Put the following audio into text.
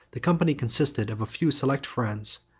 the company consisted of a few select friends,